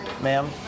Ma'am